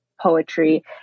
poetry